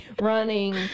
running